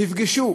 הם נפגשו.